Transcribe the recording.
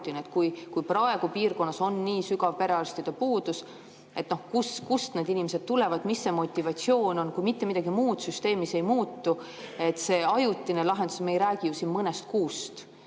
Kui piirkonnas on nii sügav perearstide puudus, siis kust need inimesed tulevad, mis see motivatsioon on, kui mitte midagi muud süsteemis ei muutu? See ajutine lahendus – me ei räägi ju siin mõnest kuust